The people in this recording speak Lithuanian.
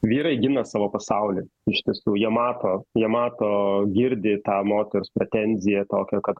vyrai gina savo pasaulį iš tiesų jie mato jie mato girdi tą moters pretenziją tokią kad